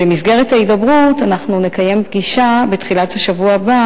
במסגרת ההידברות אנחנו נקיים בתחילת השבוע הבא